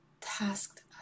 tasked